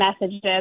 messages